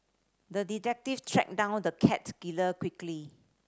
the detective tracked down the cat killer quickly